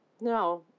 No